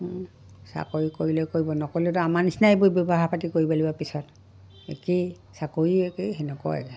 চাকৰি কৰিলে কৰিব নকৰিলেতো আমাৰ নিচিনাই এইবোৰ ব্যৱসায় পাতি কৰি লাগিব পিছত একেই চাকৰিও একেই সেনেকুৱাও একেই